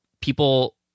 people